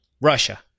Russia